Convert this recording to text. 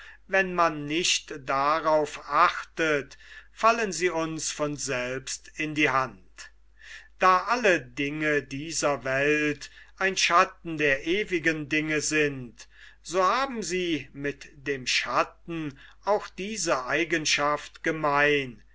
wann man nicht darauf achtet fallen sie uns von selbst in die hand da alle dinge dieser welt ein schatten der ewigen dinge sind so haben sie mit dem schatten auch diese eigenschaft gemein